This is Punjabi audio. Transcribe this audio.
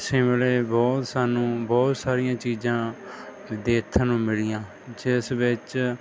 ਸ਼ਿਮਲੇ ਬਹੁਤ ਸਾਨੂੰ ਬਹੁਤ ਸਾਰੀਆਂ ਚੀਜ਼ਾਂ ਦੇਖਣ ਨੂੰ ਮਿਲੀਆਂ ਜਿਸ ਵਿੱਚ